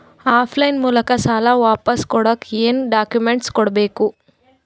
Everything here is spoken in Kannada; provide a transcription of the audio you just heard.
ಆಫ್ ಲೈನ್ ಮೂಲಕ ಸಾಲ ವಾಪಸ್ ಕೊಡಕ್ ಏನು ಡಾಕ್ಯೂಮೆಂಟ್ಸ್ ಕೊಡಬೇಕು?